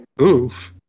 Oof